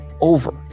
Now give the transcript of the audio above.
over